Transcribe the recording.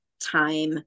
time